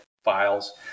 files